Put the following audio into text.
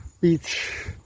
beach